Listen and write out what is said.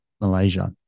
Malaysia